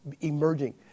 emerging